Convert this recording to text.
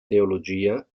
teologia